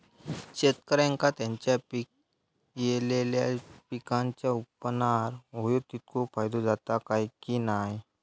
शेतकऱ्यांका त्यांचा पिकयलेल्या पीकांच्या उत्पन्नार होयो तितको फायदो जाता काय की नाय?